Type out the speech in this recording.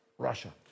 Russia